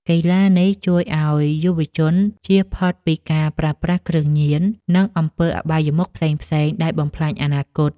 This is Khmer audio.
កីឡានេះជួយឱ្យយុវជនជៀសផុតពីការប្រើប្រាស់គ្រឿងញៀន និងអំពើអបាយមុខផ្សេងៗដែលបំផ្លាញអនាគត។